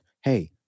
hey